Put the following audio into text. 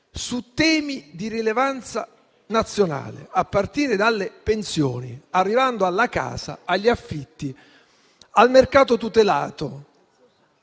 su temi di rilevanza nazionale, a partire dalle pensioni, arrivando alla casa, agli affitti, al mercato tutelato,